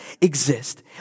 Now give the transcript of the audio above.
exist